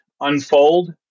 unfold